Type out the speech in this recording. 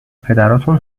پدراتون